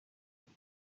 بوده